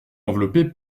enveloppé